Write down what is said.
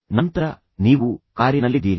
ತದನಂತರ ನೀವು ಕಾರಿನಲ್ಲಿದ್ದೀರಿ